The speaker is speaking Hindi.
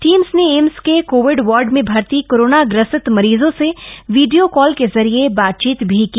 टीम ने एम्स के काविड वार्ड में भर्ती कप्रामा ग्रसित मरीजों से वीडिया कॉल के जरिए बातचीत भी की